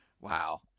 wow